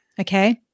Okay